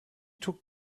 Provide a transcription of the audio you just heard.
took